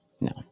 No